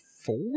four